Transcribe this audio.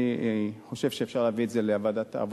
אני חושב שאפשר להביא את זה לוועדת העבודה.